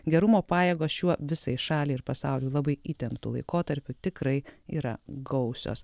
gerumo pajėgos šiuo visai šaliai ir pasauliui labai įtemptu laikotarpiu tikrai yra gausios